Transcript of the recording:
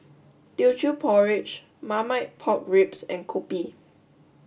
Teochew Porridge Marmite Pork Ribs and Kopi